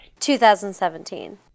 2017